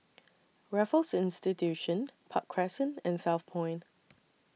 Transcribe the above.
Raffles Institution Park Crescent and Southpoint